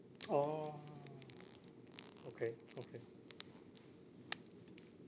orh okay okay